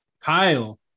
Kyle